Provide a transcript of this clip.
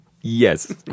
Yes